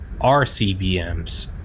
RCBMs